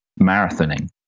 marathoning